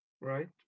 right